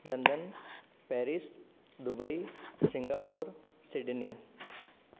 London Paris Dubai Singapore Sydney